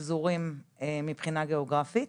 פזורים מבחינה גיאוגרפית,